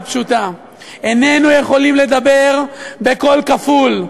פשוטה: איננו יכולים לדבר בקול כפול,